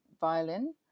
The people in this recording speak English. violin